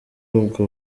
ubwo